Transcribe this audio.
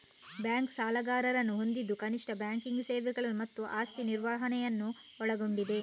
bank ಸಲಹೆಗಾರರನ್ನು ಹೊಂದಿದ್ದು ಕನಿಷ್ಠ ಬ್ಯಾಂಕಿಂಗ್ ಸೇವೆಗಳನ್ನು ಮತ್ತು ಆಸ್ತಿ ನಿರ್ವಹಣೆಯನ್ನು ಒಳಗೊಂಡಿದೆ